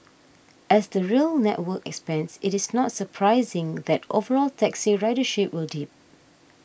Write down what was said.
as the rail network expands it is not surprising that overall taxi ridership will dip